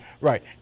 Right